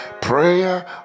prayer